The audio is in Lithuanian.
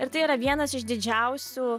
ir tai yra vienas iš didžiausių